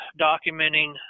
documenting